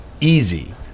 easy